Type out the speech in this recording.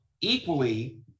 equally